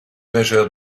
nageur